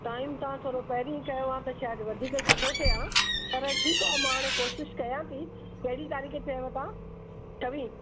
time तव्हां थोरो पहिरीं कयो हा त शायदि वधीक सुठो थिए हा पर ठीकु आहे मां हाणे कोशिशि कयां थी कहिड़ी तारीख़ चयो तव्हां छवीह